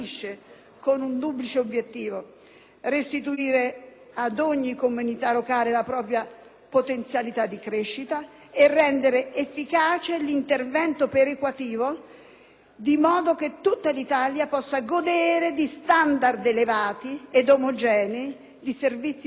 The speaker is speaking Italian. restituire ad ogni comunità locale la propria potenzialità di crescita e rendere efficace l'intervento perequativo, di modo che tutta l'Italia possa godere di standard elevati ed omogenei di servizi pubblici e di infrastrutture.